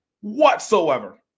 whatsoever